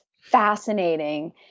fascinating